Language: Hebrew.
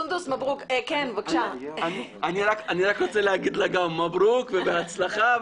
אני רוצה להגיד לך מברוק ובהצלחה.